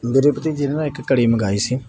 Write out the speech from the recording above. ਮੇਰੇ ਭਤੀਜੇ ਨੇ ਨਾ ਇੱਕ ਘੜੀ ਮੰਗਵਾਈ ਸੀ